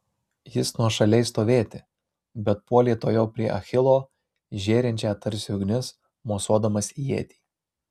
jis nuošaliai stovėti bet puolė tuojau prie achilo žėrinčią tarsi ugnis mosuodamas ietį